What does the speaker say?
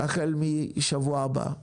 והחל משבוע הבא,